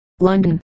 London